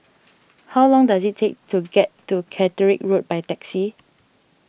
how long does it take to get to Catterick Road by taxi